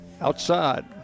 outside